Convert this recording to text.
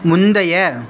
முந்தைய